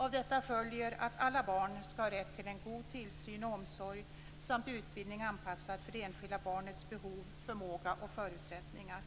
Av detta följer att alla barn skall ha rätt till en god tillsyn och omsorg samt ha rätt till utbildning anpassad anpassad för det enskilda barnets behov, förmåga och förutsättningar.